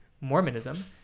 Mormonism